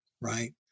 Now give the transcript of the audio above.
right